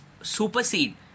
supersede